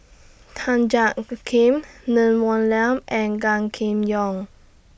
Tan Jiak Kim Neng Woon Liang and Gan Kim Yong